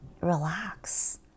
relax